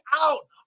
out